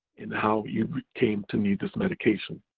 and how you came to need this medication.